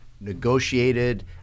Negotiated